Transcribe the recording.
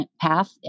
path